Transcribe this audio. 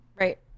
right